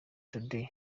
today